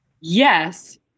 Yes